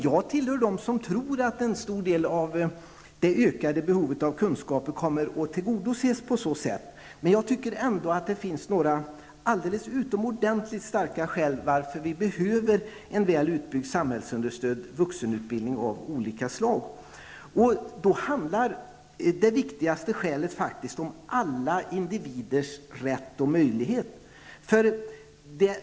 Jag tillhör dem som anser att en stor del av det ökade behovet av kunskaper kommer att tillgodoses på så sätt. Men jag tycker ändå att det finns några utomordentligt starka skäl till att vi behöver väl utbyggd samhällsunderstödd vuxenutbildning av olika slag. Det viktigaste skälet är alla individers rätt och möjlighet till utbildning.